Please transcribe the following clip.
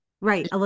Right